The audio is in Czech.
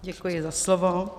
Děkuji za slovo.